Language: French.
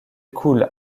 coule